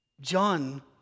John